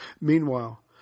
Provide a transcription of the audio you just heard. Meanwhile